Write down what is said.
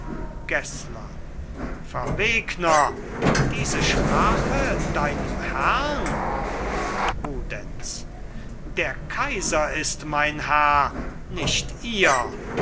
gessler verwegner diese sprache deinem herrn rudenz der kaiser ist mein herr nicht ihr